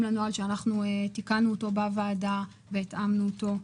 לנוהל שאנחנו תיקנו אותו בוועדה והתאמנו אותו.